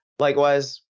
Likewise